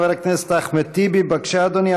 חבר הכנסת אחמד טיבי, בבקשה, אדוני.